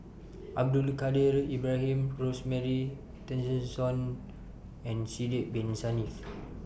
Abdul Kadir Ibrahim Rosemary Tessensohn and Sidek Bin Saniff